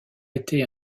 été